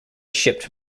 shipped